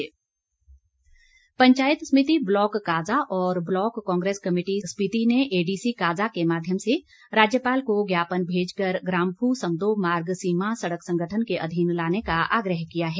ज्ञापन पंचायत समिति ब्लॉक काज़ा और ब्लॉक कांग्रेस कमेटी स्पीति ने एडीसी काज़ा के माध्यम से राज्यपाल को ज्ञापन भेज कर ग्राम्फू समदो मार्ग सीमा सड़क संगठन के अधीन लाने का आग्रह किया है